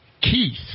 Keith